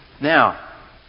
Now